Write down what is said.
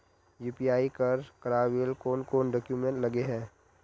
UPI कर करावेल कौन कौन डॉक्यूमेंट लगे है?